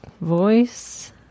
voice